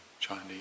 Chinese